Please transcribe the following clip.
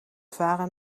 varen